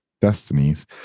destinies